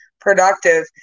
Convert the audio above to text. productive